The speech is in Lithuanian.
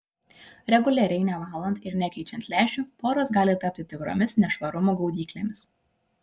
reguliariai nevalant ir nekeičiant lęšių poros gali tapti tikromis nešvarumų gaudyklėmis